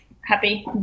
happy